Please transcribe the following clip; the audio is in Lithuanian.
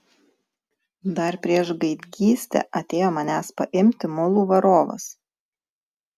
dar prieš gaidgystę atėjo manęs paimti mulų varovas